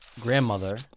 grandmother